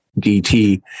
DT